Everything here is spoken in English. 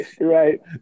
right